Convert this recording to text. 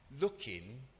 looking